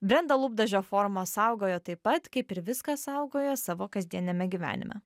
brenda lūpdažio formą saugojo taip pat kaip ir viską saugoja savo kasdieniame gyvenime